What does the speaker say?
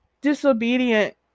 disobedient